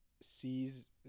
sees